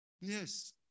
Yes